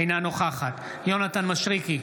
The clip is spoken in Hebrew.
אינה נוכחת יונתן מישרקי,